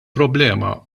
problema